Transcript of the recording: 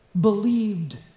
believed